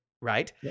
right